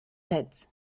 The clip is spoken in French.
reds